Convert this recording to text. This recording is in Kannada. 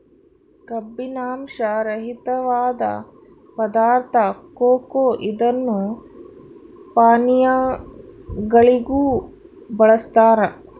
ಕಬ್ಬಿನಾಂಶ ರಹಿತವಾದ ಪದಾರ್ಥ ಕೊಕೊ ಇದನ್ನು ಪಾನೀಯಗಳಿಗೂ ಬಳಸ್ತಾರ